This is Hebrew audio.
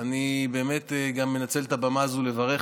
אני באמת גם מנצל את הבמה הזו לברך